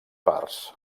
parts